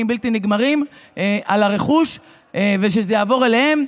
בלתי נגמרים על הרכוש וזה יעבור אליהם.